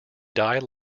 die